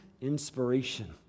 inspiration